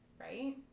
Right